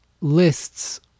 lists